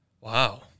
Wow